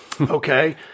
Okay